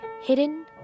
Hidden